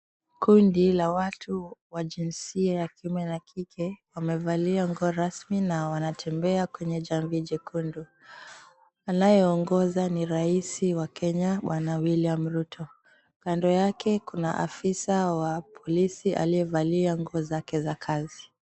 Kundi la watu wa jinsia ya kiume na kike wamevalia nguo rasmi na wanatembea kwenye jamvi jekundu. Anayeongoza ni rais wa Kenya Bwana William Ruto. Kando yake kuna afisa wa polisi aliyevalia nguo zake za kazi.